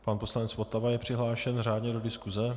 Pan poslanec Votava je přihlášen řádně do diskuse.